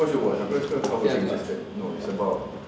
kau should watch aku ada cakap dengan kau pasal ni interested no it's about